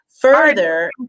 Further-